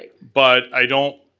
but i don't.